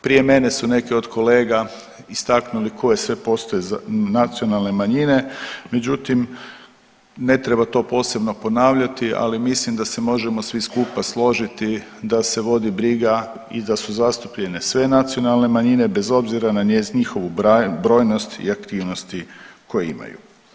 Prije mene su neke od kolega istaknuli koje sve postoje nacionalne manjine, međutim, ne treba to posebno ponavljati, ali mislim da se možemo svi skupa složiti da se vodi briga i da su zastupljene sve nacionalne manjine bez obzira na njihovu brojnost i aktivnosti koje imaju.